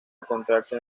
encontrarse